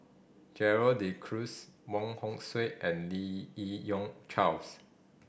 Gerald De Cruz Wong Hong Suen and Lim Yi Yong Charles